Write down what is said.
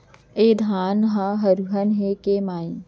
ए धान ह हरूना हे के माई?